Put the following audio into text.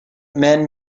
men